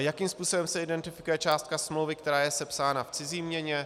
Jakým způsobem se identifikuje částka smlouvy, která je sepsána v cizí měně?